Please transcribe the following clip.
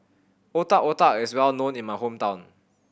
Otak Otak is well known in my hometown